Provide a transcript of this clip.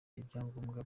ibyangombwa